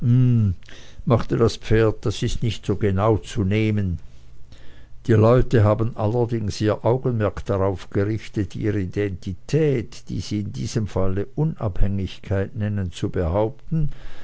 machte das pferd das ist nicht so genau zu nehmen die leute haben allerdings ihr augenmerk darauf gerichtet ihre identität die sie in diesem falle unabhängigkeit nennen zu behaupten